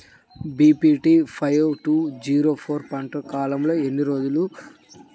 BPT five two zero four పంట కాలంలో ఎన్ని రోజులు?